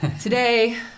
Today